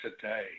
today